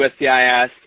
USCIS